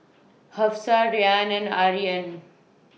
Hafsa Ryan and Aryan